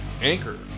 Anchor